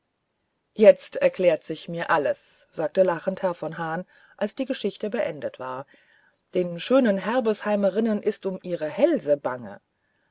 jetzt erklär ich mir alles sagte lachend herr von hahn als die geschichte beendet war den schönen herbesheimerinnen ist um ihre hälse bange